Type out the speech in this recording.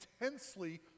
intensely